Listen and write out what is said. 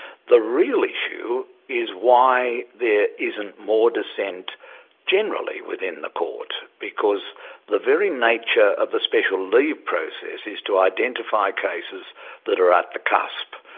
the real issue is why there isn't more dissent generally within the court. because the very nature of the special leave process is to identify cases that are at the cusp,